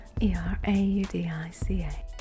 E-R-A-U-D-I-C-A